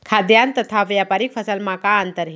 खाद्यान्न तथा व्यापारिक फसल मा का अंतर हे?